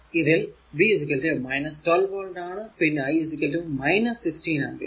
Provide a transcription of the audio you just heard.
ഇതിൽ v 12 volt ആണ് പിന്നെ I 16 ആമ്പിയർ